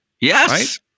Yes